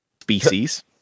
Species